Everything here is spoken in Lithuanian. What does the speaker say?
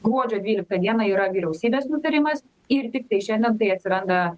gruodžio dvyliktą dieną yra vyriausybės nutarimas ir tiktai šiandien tai atsiranda